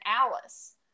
alice